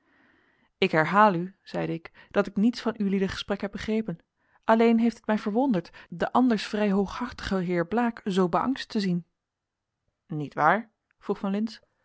ik herhaal u zeide ik dat ik niets van ulieder gesprek heb begrepen alleen heeft het mij verwonderd den anders vrij hooghartigen heer blaek zoo beangst te zien nietwaar vroeg van